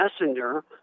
messenger